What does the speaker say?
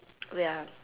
wait ah